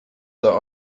der